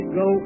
go